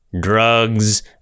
drugs